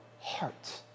heart